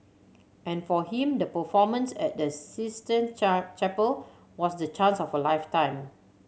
and for him the performance at the Sistine char Chapel was the chance of a lifetime